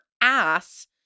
ass